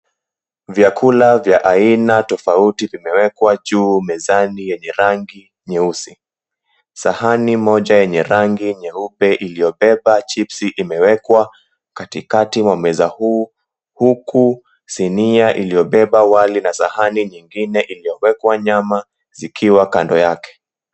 Vyakula vya aina tofauti vimewekewa juu mezani yenye rangi nyeusi. Sahani moja yenye rangi nyeupe iliyobeba [chipsi] imewekwa katikati wa meza huu. Huku sinia iliyobeba wali na sahani nyingine iliyowekwa nyama zikiwa kando yake.